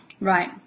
Right